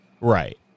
right